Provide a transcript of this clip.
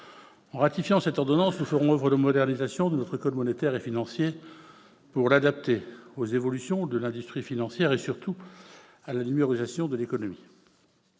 En ratifiant cette ordonnance, nous ferons oeuvre de modernisation de notre code monétaire et financier pour l'adapter aux évolutions de l'industrie financière et, surtout, à la numérisation de l'économie.